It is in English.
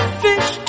fish